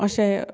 अशें